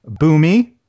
Boomy